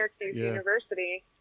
University